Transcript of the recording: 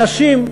אנשים,